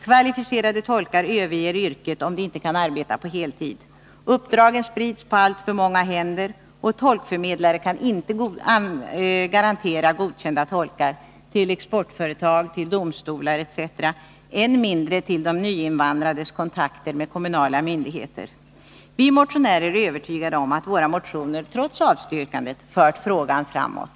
Kvalificerade tolkar överger yrket, om de inte kan arbeta på heltid. Uppdragen sprids på alltför många händer, och tolkförmedlare kan inte garantera godkända tolkar till exportföretag, domstolar etc., än mindre för de nyinvandrades kontakter med kommunala myndigheter. Vi motionärer är övertygade om att våra motioner, trots avstyrkandet, fört frågan framåt.